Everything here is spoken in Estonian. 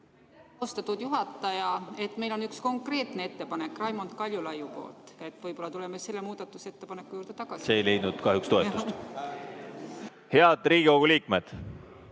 Austatud juhataja! Meil on üks konkreetne ettepanek Raimond Kaljulaiult. Võib-olla tuleme selle muudatusettepaneku juurde? See ei leidnud kahjuks toetust. Head Riigikogu liikmed!